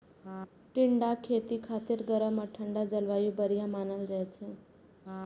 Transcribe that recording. टिंडाक खेती खातिर गरम आ ठंढा जलवायु बढ़िया मानल जाइ छै